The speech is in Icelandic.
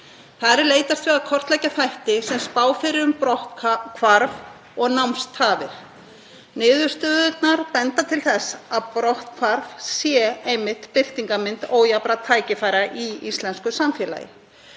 Þar er leitast við að kortleggja þætti sem spá fyrir um brotthvarf og námstafir. Niðurstöðurnar benda til þess að brotthvarf sé einmitt birtingarmynd ójafnra tækifæra í íslensku samfélagi.